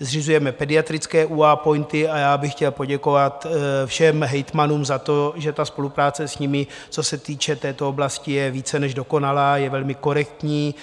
Zřizujeme pediatrické UA POINTy a já bych chtěl poděkovat všem hejtmanům za to, že spolupráce s nimi, co se týče této oblasti, je více než dokonalá, je velmi korektní,